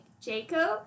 Jacob